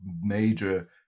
Major